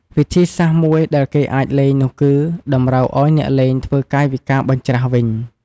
វិធីសាស្ត្រមួយដែលគេអាចលេងនោះគឺ តម្រូវឱ្យអ្នកលេងធ្វើកាយវិការបញ្ច្រាសវិញ។